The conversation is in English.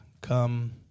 come